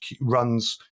runs